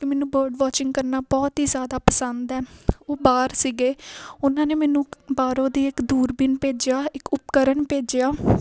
ਕਿ ਮੈਨੂੰ ਬਹੁਤ ਵਾਚਿੰਗ ਕ ਰਨਾ ਬਹੁਤ ਹੀ ਜਿਆਦਾ ਪਸੰਦ ਹ ਉਹ ਬਾਹਰ ਸੀਗੇ ਉਹਨਾਂ ਨੇ ਮੈਨੂੰ ਬਾਹਰੋਂ ਦੀ ਇੱਕ ਦੂਰਬੀਨ ਭੇਜਿਆ ਇੱਕ ਉਪਕਰਨ ਭੇਜਿਆ